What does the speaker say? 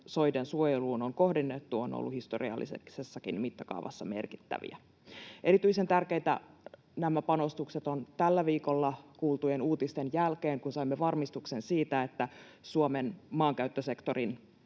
soiden suojeluun — on kohdennettu, ovat olleet historiallisessakin mittakaavassa merkittäviä. Erityisen tärkeitä nämä panostukset ovat tällä viikolla kuultujen uutisten jälkeen, kun saimme varmistuksen siitä, että Suomen maankäyttösektorin